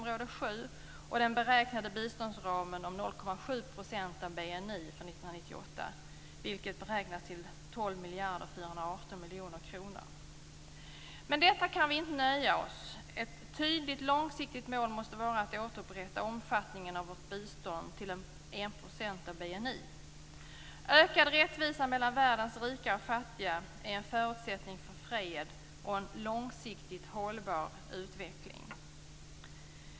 Trenden har vänt också för biståndet. Med detta kan vi inte nöja oss. Ett tydligt långsiktigt mål måste vara att återupprätta omfattningen av vårt bistånd till 1 % av BNI. Ökad rättvisa mellan världens rika och fattiga är en förutsättning för fred och en långsiktigt hållbar utveckling.